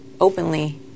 openly